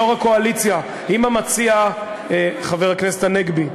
יושב-ראש הקואליציה, חבר הכנסת הנגבי,